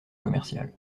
commercial